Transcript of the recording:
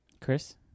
Chris